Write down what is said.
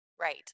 Right